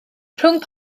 rhwng